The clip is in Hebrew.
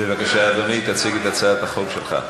בבקשה, אדוני, תציג את הצעת החוק שלך.